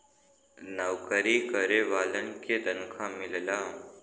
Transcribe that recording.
नऊकरी करे वालन के तनखा मिलला